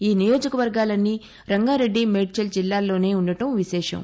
ఈ నియోజక వర్గాలన్నీ రంగారెడ్డిమేడ్చల్ జిల్లాల్లోనే ఉండటం విశేషం